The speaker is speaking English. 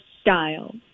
Style